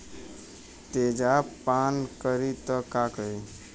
तेजाब पान करी त का करी?